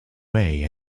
way